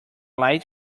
light